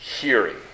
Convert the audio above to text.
hearing